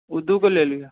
ओ दुगो ले लिहए